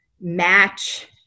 match